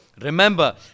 remember